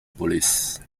police